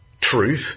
truth